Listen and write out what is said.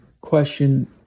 question